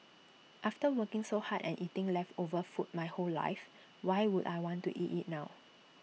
after working so hard and eating leftover food my whole life why would I want to eat IT now